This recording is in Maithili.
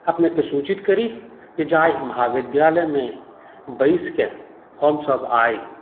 अपनेकेँ सुचित करी जे जाहि महाविद्यालयमे बैसिके हमसभ आइ